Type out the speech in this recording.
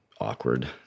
awkward